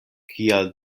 kial